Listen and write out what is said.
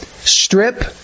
strip